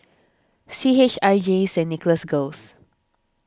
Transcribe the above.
C H I J Saint Nicholas Girls